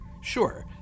Sure